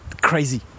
crazy